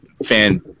fan